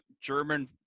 german